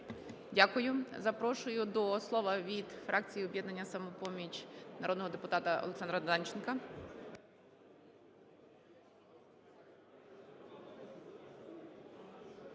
Дякую. Запрошую до слова від фракції "Об'єднання "Самопоміч" народного депутата Олександра Данченка.